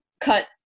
cut